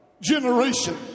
generation